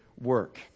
work